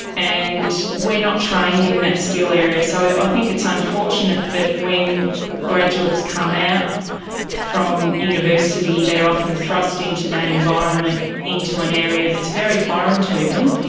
and we're not trained in that skill area. so i think it's unfortunate that when graduates come out from university they're often thrust into that environment, into an area that's very foreign to them,